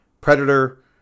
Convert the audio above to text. Predator